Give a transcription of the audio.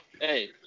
Hey